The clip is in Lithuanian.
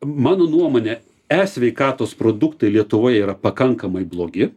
mano nuomone e sveikatos produktai lietuvoje yra pakankamai blogi